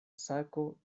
sako